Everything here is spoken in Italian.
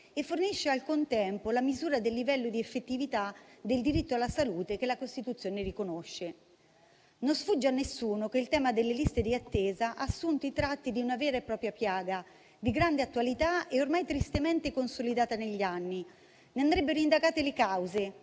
e fornisce, al contempo, la misura del livello di effettività del diritto alla salute che la Costituzione riconosce. Non sfugge a nessuno che il tema delle liste di attesa abbia assunto i tratti di una vera e propria piaga, di grande attualità e ormai tristemente consolidata negli anni. Ne andrebbero indagate le cause: